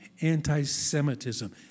anti-Semitism